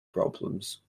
problems